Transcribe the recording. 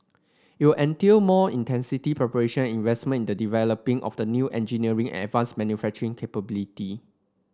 it will entail more intensive preparation investment in the development of new engineering and advanced manufacturing capability